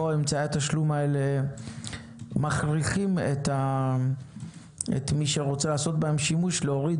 אמצעי התשלום האלה מכריחים את מי שרוצה לעשות בהם שימוש להוריד